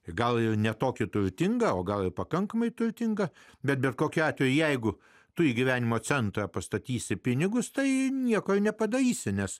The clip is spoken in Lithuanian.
gal jau ne tokia turtinga o gal pakankamai turtinga bet bet kokiu atveju jeigu tu į gyvenimo centrą pastatysi pinigus tai nieko nepadarysi nes